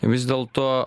vis dėlto